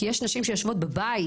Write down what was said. כי יש נשים שיושבות בבית,